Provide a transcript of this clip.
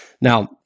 Now